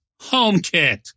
HomeKit